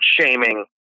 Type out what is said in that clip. shaming